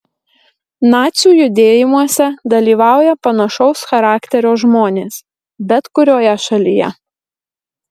nacių judėjimuose dalyvauja panašaus charakterio žmonės bet kurioje šalyje